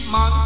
Man